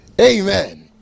Amen